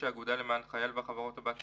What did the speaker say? האגודה למען החייל והחברות הבת שלה,